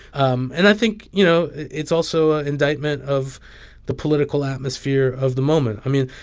um and i think, you know, it's also an indictment of the political atmosphere of the moment. i mean,